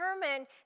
determined